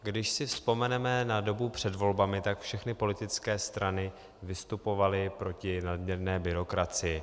Když si vzpomeneme na dobu před volbami, tak všechny politické strany vystupovaly proti nadměrné byrokracii.